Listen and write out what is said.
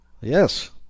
Yes